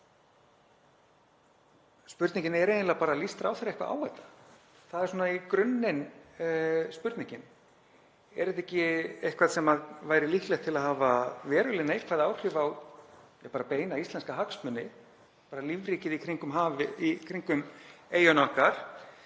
Spurningin er eiginlega bara: Líst ráðherra eitthvað á þetta? Það er svona í grunninn spurningin. Er þetta ekki eitthvað sem væri líklegt til að hafa veruleg neikvæð áhrif á beina íslenska hagsmuni, lífríkið í kringum eyjuna okkar?